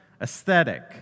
aesthetic